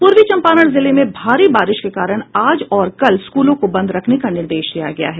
पूर्वी चंपारण जिले में भारी बारिश के कारण आज और कल स्कूलों को बंद रखने का निर्देश दिया गया है